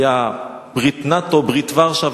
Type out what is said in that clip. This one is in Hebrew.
היו ברית נאט"ו וברית ורשה,